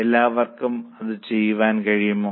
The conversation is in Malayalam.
എല്ലാവർക്കും അത് ചെയ്യാൻ കഴിയുമോ